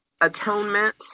atonement